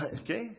Okay